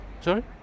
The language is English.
Sorry